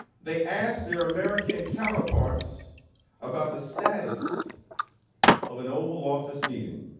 they asked their american counterparts about the status of an oval office meeting.